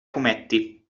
fumetti